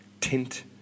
tint